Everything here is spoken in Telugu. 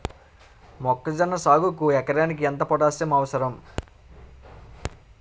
మొక్కజొన్న సాగుకు ఎకరానికి ఎంత పోటాస్సియం అవసరం?